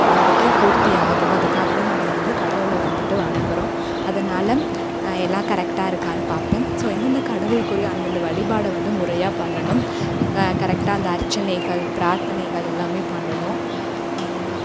வந்துவிட்டு பூர்த்தி ஆகணும் அதுக்காகதான் நம்ப வந்து கடவுளை வந்துவிட்டு வணங்குறோம் அதனால் எல்லாம் கரெக்டாக இருக்கான்னு பார்ப்பேன் ஸோ எந்தெந்த கடவுளுக்குரிய அந்தந்த வழிபாட வந்து முறையாக பண்ணணும் கரெக்டாக அந்த அர்ச்சனைகள் பிராத்தனைகள் எல்லாமே பண்ணணும்